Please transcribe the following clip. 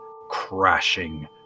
crashing